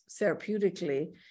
therapeutically